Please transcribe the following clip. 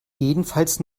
jedenfalls